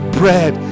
bread